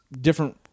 different